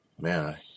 Man